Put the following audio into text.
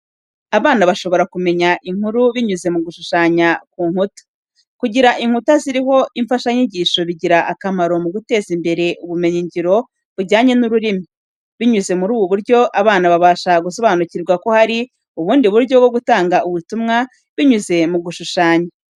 Abana bashobora kumenya inkuru binyuze mu gushushanya ku nkuta. Kugira inkuta ziriho imfashanyigisho bigira akamaro mu guteza imbere ubumenyingiro bujyanye n'ururimi, binyuze muri ubu buryo abana babasha gusobanukirwa ko hari ubundi buryo bwo gutanga ubutumwa binyuze mu gushushanya.